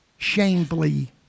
shamefully